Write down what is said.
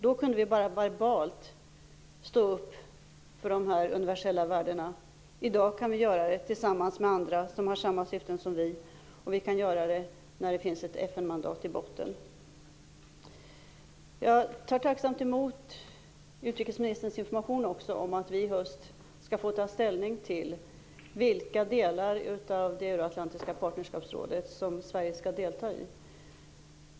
Då kunde vi verbalt stå upp för de här universella värdena. I dag kan vi också göra det tillsammans med andra som har samma syften som vi, och vi kan göra det eftersom det finns ett FN-mandat i botten. Jag tar tacksamt emot utrikesministerns information om att riksdagen i höst skall få ta ställning till vilka delar av det euroatlantiska partnerskapsrådet som Sverige skall delta i.